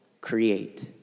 create